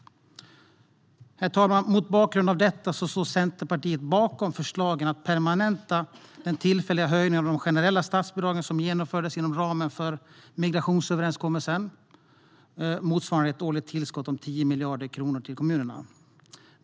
Herr talman! Mot bakgrund av detta står Centerpartiet bakom förslaget att permanenta den tillfälliga höjningen av de generella statsbidragen, som genomfördes inom ramen för migrationsöverenskommelsen, motsvarande ett årligt tillskott om 10 miljarder kronor till kommunerna.